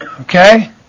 Okay